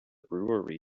brewery